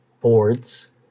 Boards